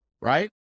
right